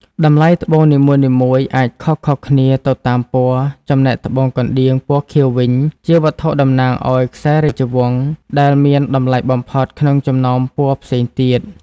តម្លៃត្បូងនីមួយៗអាចខុសៗគ្នាទៅតាមពណ៌ ចំណែកត្បូងកណ្តៀងពណ៌ខៀវវិញ ជាវត្ថុតំណាងឱ្យខ្សែរាជរង្ស ដែលមានតម្លៃបំផុតក្នុងចំណោមពណ៌ផ្សេងទៀត។